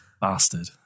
Bastard